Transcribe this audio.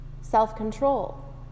Self-control